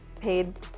paid